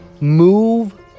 move